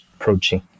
approaching